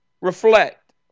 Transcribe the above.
reflect